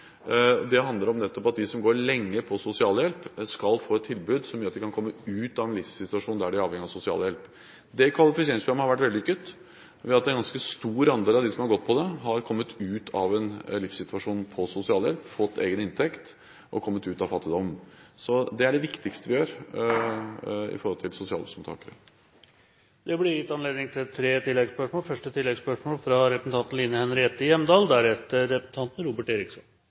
nettopp de som går lenge på sosialhjelp, skal få et tilbud som gjør at de kan komme ut av en livssituasjon der de er avhengig av sosialhjelp. Det kvalifiseringsprogrammet har vært vellykket ved at en ganske stor andel av dem som har gått på det, har kommet ut av en livssituasjon med sosialhjelp, fått egen inntekt og kommet ut av fattigdommen. Så det er det viktigste vi gjør for sosialhjelpsmottakere. Det blir gitt anledning til tre oppfølgingsspørsmål – først Line Henriette Hjemdal.